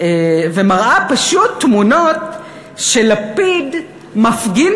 ומראה פשוט תמונות של לפיד מפגין